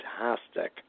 fantastic